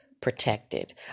protected